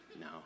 No